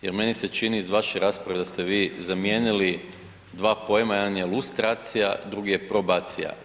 Jer meni se čini iz vaše rasprave da ste vi zamijenili dva pojma jedan je lustracija drugi je probacija.